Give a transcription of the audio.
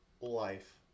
life